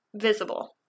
visible